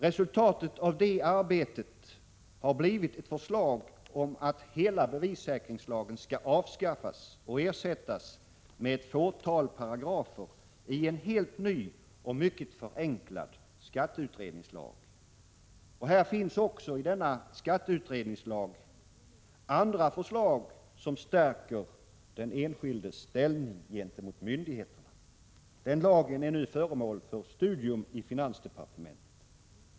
Resultatet av det arbetet har blivit ett förslag om att hela bevissäkringslagen skall avskaffas och ersättas med ett fåtal paragrafer i en helt ny och mycket förenklad skatteutredningslag. I den finns också andra förslag, som stärker den enskildes ställning gentemot myndigheterna. Den lagen är nu föremål för studium i finansdepartementet.